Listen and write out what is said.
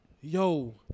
Yo